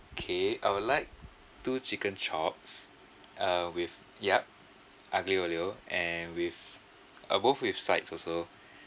okay I would like two chicken chops uh with yup aglio-olio and with